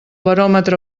baròmetre